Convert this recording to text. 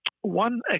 one